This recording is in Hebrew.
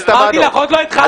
אמרתי לך, עוד לא התחלתי.